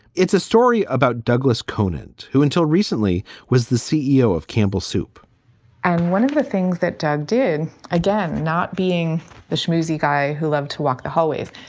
it's a story about douglas conant, who until recently was the ceo of campbell's soup and one of the things that doug did, did, again, not being the schmoozy guy who loved to walk the hallways,